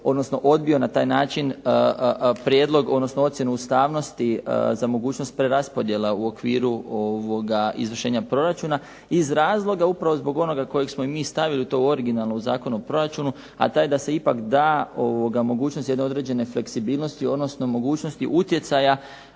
odnosno odbio na taj način prijedlog odnosno ocjenu ustavnosti za mogućnost preraspodjela u okviru izvršenja proračuna iz razloga upravo onoga kojeg smo mi stavili to u originalno u Zakon o proračunu, a ta je da se ipak da mogućnost jedne određene fleksibilnosti odnosno mogućnosti utjecaja